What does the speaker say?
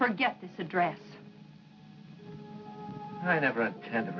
forget this address i never had